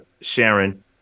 Sharon